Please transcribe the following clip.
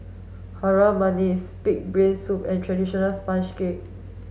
Harum Manis pig brain soup and traditional sponge cake